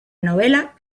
novela